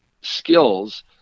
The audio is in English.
skills